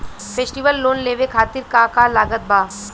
Festival loan लेवे खातिर का का लागत बा?